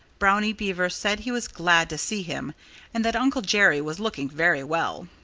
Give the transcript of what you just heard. brownie beaver said he was glad to see him and that uncle jerry was looking very well.